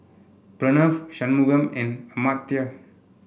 Pranav Shunmugam and Amartya